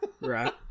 Right